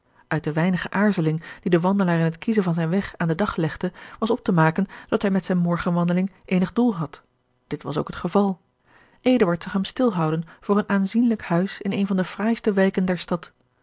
uit de weinige aarzeling die de wandelaar in het kiezen van zijn weg aan den dag legde was op te maken dat hij met zijne morgenwandeling eenig doel had dit was ook het geval eduard zag hem stilhouden voor een aanzienlijk huis in een van de fraaiste wijken der stad